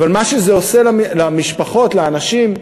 אבל מה שזה עושה למשפחות, לאנשים,